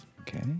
Okay